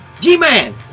G-Man